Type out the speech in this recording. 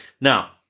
Now